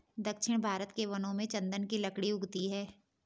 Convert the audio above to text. दक्षिण भारत के वनों में चन्दन की लकड़ी उगती है